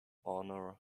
honour